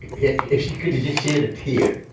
yeah if she could've just shed a tear.